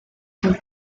the